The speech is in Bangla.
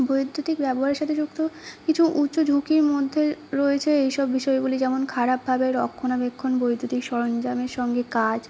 বৈদ্যুতিক ব্যবহারের সাথে যুক্ত কিছু উচ্চ ঝুঁকির মধ্যে রয়েছে এইসব বিষয়গুলি যেমন খারাপভাবে রক্ষণাবেক্ষণ বৈদ্যুতিক সরঞ্জামের সঙ্গে কাজ